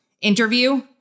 interview